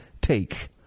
take